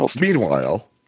Meanwhile